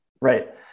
right